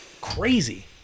Crazy